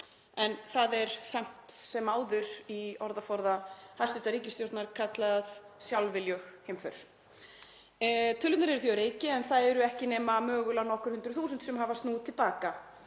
Það er samt sem áður í orðaforða hæstv. ríkisstjórnar kallað sjálfviljug heimför. Tölurnar eru því á reiki en það eru ekki nema mögulega nokkur hundruð þúsund sem hafa snúið til baka.